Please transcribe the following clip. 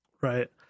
right